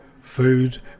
food